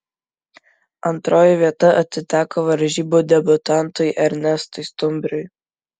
antroji vieta atiteko varžybų debiutantui ernestui stumbriui